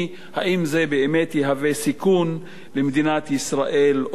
האם זה באמת יהווה סיכון במדינת ישראל או לא?